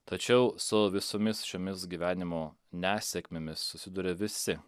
tačiau su visomis šiomis gyvenimo nesėkmėmis susiduria visi